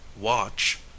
Watch